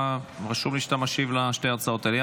רשום לי שאתה משיב על שתי ההצעות האלה.